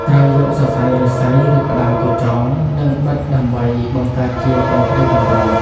ត្រូវយកសរសៃឫស្សី ឬផ្តៅទៅចង និងបិតដើម្បីបង្កើតជាទ្រង់ទ្រាយកន្ត្រក។